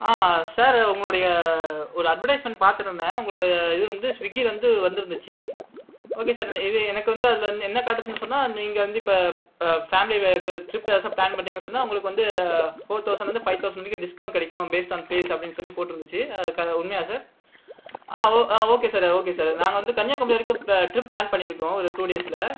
ஆ sir உங்களுடைய ஒரு advertisement பார்த்துட்டுருந்தேன் உங்களுடைய இது வந்து ஸ்விகிலந்து வந்திருந்துச்சு ஓகே சார் இது எனக்கு வந்து அதில் என்ன காட்டுச்சுனு சொன்னால் நீங்கள் வந்து இப்போ ஃபேமிலி ட்ரிப் ஏதாச்சு பிளான் பண்ணுறேன்னு சொன்னால் உங்களுக்கு வந்து ஃபோர் தௌஸன்லந்து ஃபைவ் தௌஸன்ட் வரைக்கும் டிஸ்கவுண்ட் கிடைக்கும் பேஸ்டு ஆன் ப்ளீஸ் அப்படின்னு சொல்லி போட்டுருந்துச்சு உண்மையாக சார் ஆ ஓ ஆ ஓகே சார் ஓகே சார் நாங்கள் வந்து கன்னியாகுமாரி வரைக்கு ட்ரிப் பிளான் பண்ணி இருக்கோம் ஒரு டூ டேஸில்